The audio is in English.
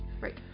Right